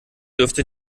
dürfte